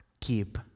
keep